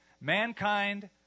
mankind